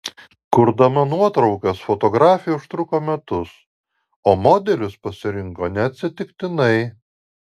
kurdama nuotraukas fotografė užtruko metus o modelius pasirinko neatsitiktinai